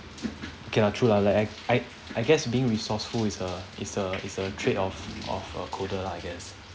okay lah true lah like I I I guess being resourceful is a is a is a trait of of a coder lah I guess